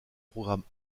programmes